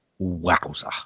Wowza